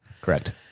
Correct